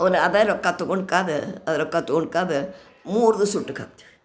ಅವನ ಅದಾ ರೊಕ್ಕ ತಗೊಂಡು ಕಾದು ರೊಕ್ಕ ತಗೊಂಡು ಕಾದು ಮೂರು ದಿವಸ ಊಟಕ್ಕೆ ಹಾಕ್ತಾರೆ